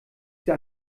sie